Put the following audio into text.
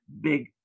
big